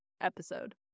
episode